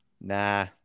nah